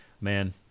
man